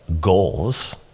goals